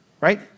right